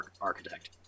architect